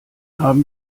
haben